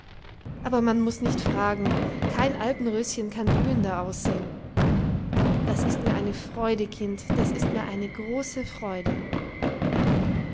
aber man muß nicht fragen kein alpenröschen kann blühender aussehen das ist mir eine freude kind das ist mir eine große freude